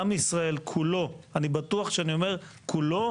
עם ישראל כולו אני בטוח כשאני אומר העם כולו